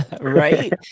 Right